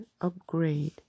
upgrade